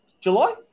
July